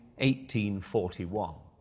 1841